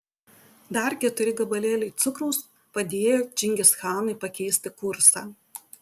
dar keturi gabalėliai cukraus padėjo čingischanui pakeisti kursą